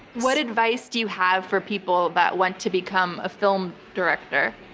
what advice do you have for people that want to become a film director?